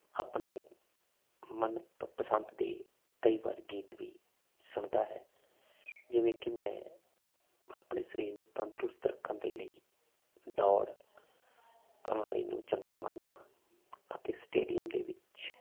ਆਪਣੇ ਮਨਪਸੰਤ ਦੀ ਕਈ ਵਾਰ ਗੀਤ ਵੀ ਸੁਣਦਾ ਹੈ ਜਿਵੇਂ ਕਿ ਮੈਂ ਆਪਣੇ ਸਰੀਰ ਨੂੰ ਤੰਦਰੁਸਤ ਰੱਖਣ ਦੇ ਲਈ ਦੌੜ ਪ੍ਰਣਾਲੀ ਨੂੰ ਚੰਗਾ ਮੰਨਦਾ ਹਾਂ ਅਤੇ ਸਟੇਡੀਅਮ ਦੇ ਵਿੱਚ